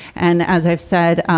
and as i've said,